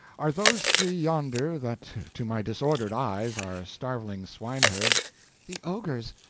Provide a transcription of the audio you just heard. are those three yonder that to my disordered eyes are starveling swine-herds the ogres,